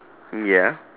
ya